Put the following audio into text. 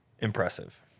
impressive